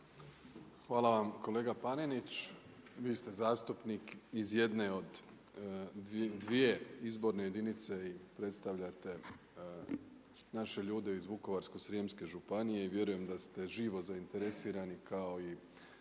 Hvala vam. Kolega Panenić vi ste zastupnik iz jedne iz dvije izborne jedinice i predstavljate naše ljude iz Vukovarsko-srijemske županije i vjerujem da ste živo zainteresirani kao i